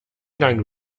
gang